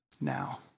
now